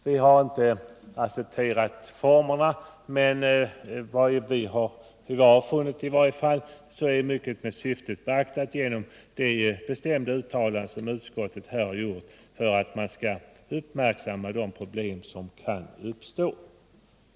Vi har inte accepterat formerna, men vi har funnit att mycket av syftet har beaktats genom det bestämda uttalande som utskottet har gjort för att uppmärksamma de problem som kan uppstå.